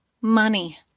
money